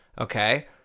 Okay